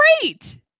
great